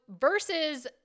versus